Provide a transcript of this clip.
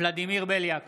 ולדימיר בליאק